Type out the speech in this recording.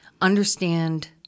understand